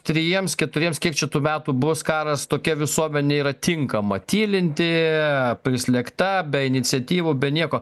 trijiems keturiems kiek čia tų metų bus karas tokia visuomenė yra tinkama tylinti prislėgta be iniciatyvų be nieko